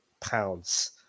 pounds